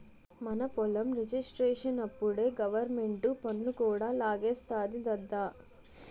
మన పొలం రిజిస్ట్రేషనప్పుడే గవరమెంటు పన్ను కూడా లాగేస్తాది దద్దా